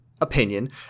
opinion